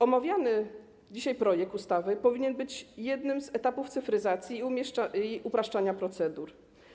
Omawiany dzisiaj projekt ustawy powinien być jednym z etapów cyfryzacji i upraszczania procedur.